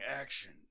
action